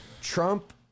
Trump